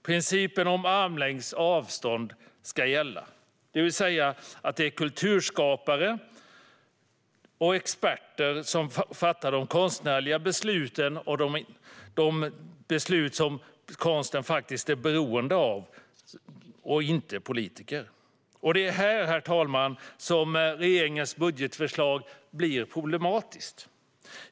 Principen om armlängds avstånd ska gälla, det vill säga att det är kulturskapare och experter som fattar de konstnärliga besluten och de beslut som konsten faktiskt är beroende av och inte politiker. Det är här, herr talman, som regeringens budgetförslag blir problematiskt.